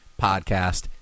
podcast